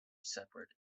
separate